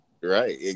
Right